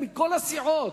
מכל הסיעות,